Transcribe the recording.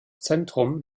zentrum